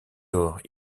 lors